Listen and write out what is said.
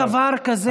משה, אין דבר כזה.